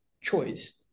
choice